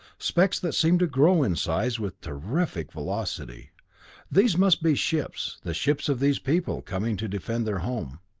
specks that seemed to grow in size with terrific velocity these must be ships, the ships of these people, coming to defend their home.